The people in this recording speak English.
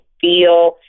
feel